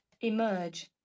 emerge